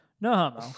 No